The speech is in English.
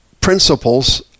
principles